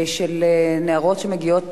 של נערות שמגיעות